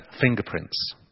fingerprints